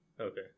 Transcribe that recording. okay